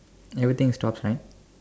everything stops right